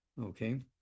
okay